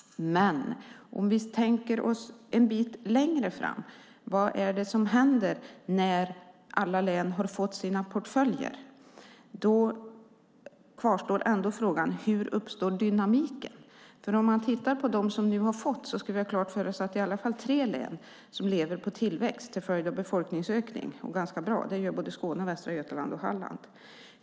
Men vi kan tänka oss situationen en bit längre fram. Vad är det som händer när alla län har fått sina portföljer? Då kvarstår ändå frågan: Hur uppstår dynamiken? Man kan titta på dem som nu har fått detta. Då ska vi ha klart för oss att det i alla fall är tre län som lever på tillväxt till följd av befolkningsökning - och de gör det ganska bra. Det gör Skåne, Västra Götaland och Halland.